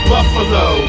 Buffalo